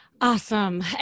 Awesome